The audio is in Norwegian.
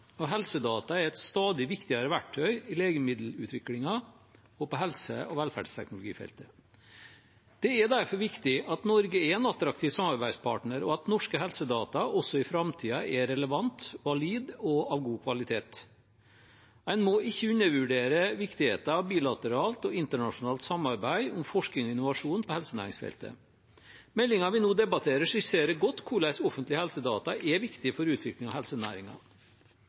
og helsedata er et stadig viktigere verktøy i legemiddelutviklingen og på helse- og velferdsteknologifeltet. Det er derfor viktig at Norge er en attraktiv samarbeidspartner, og at norske helsedata også i framtiden er relevante, valide og av god kvalitet. En må ikke undervurdere viktigheten av bilateralt og internasjonalt samarbeid om forskning og innovasjon på helsenæringsfeltet. Meldingen vi nå debatterer, skisserer godt hvordan offentlige helsedata er viktige for utvikling av